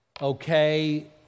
okay